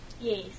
Yes